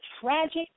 Tragic